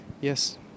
Yes